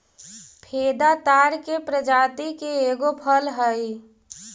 फेदा ताड़ के प्रजाति के एगो फल हई